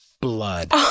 blood